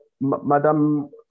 Madam